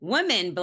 Women